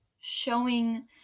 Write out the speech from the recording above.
showing